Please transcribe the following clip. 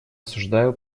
осуждаю